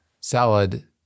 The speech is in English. salad